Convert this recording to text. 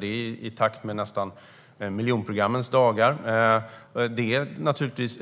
Det är nästan som i miljonprogrammets dagar.